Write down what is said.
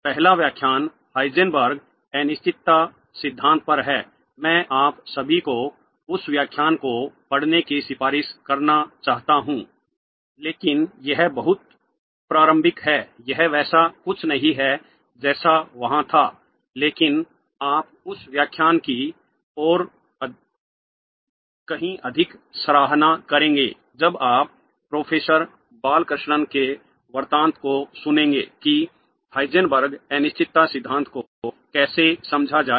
पहला व्याख्यान हाइजेनबर्ग अनिश्चितता सिद्धांत पर है मैं आप सभी को उस व्याख्यान को पढ़ने की सिफारिश करना चाहता हूं लेकिन यह बहुत प्रारंभिक है यह वैसा कुछ नहीं है जैसा वहां था लेकिन आप उस व्याख्यान की कहीं अधिक सराहना करेंगे जब आप प्रोफेसर बालकृष्णन के वृत्तांत को सुनेंगे कि हाइजेनबर्ग अनिश्चितता सिद्धांत को कैसे समझा जाए